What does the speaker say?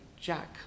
Jack